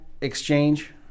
exchange